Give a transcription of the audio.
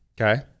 Okay